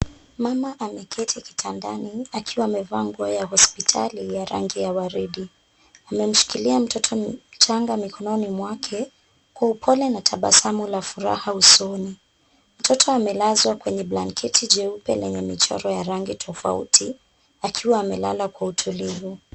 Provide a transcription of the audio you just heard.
Mama ameketi kitandani akiwa amevaa nguo ya hospitali ya rangi ya waridi, amemshikilia mtoto mchanga mikononi mwake kwa upole na tabasamu la furaha usoni. Mtoto amelazwa kwenye blanketi jeupe lenye michoro ya rangi tofauti akiwa amelala kwa utulivu.